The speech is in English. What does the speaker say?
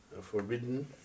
forbidden